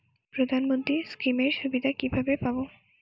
প্রধানমন্ত্রী স্কীম এর সুবিধা কিভাবে পাবো?